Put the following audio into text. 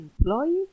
employee